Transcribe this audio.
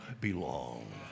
belong